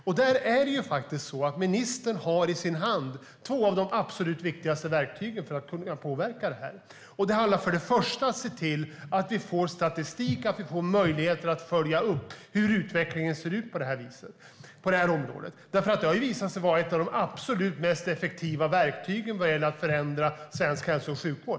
Ministern har faktiskt i sin hand två av de absolut viktigaste verktygen för att påverka detta. Det handlar för det första om att se till att vi får statistik och möjligheter att följa upp hur utvecklingen ser ut på det här området. Det har nämligen visat sig vara ett av de absolut mest effektiva verktygen vad gäller att förändra svensk hälso och sjukvård.